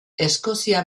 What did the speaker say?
eskozia